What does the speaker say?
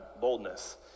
boldness